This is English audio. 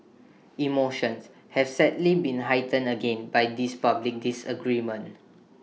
emotions have sadly been heightened again by this public disagreement